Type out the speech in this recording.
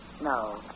No